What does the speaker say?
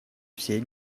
всей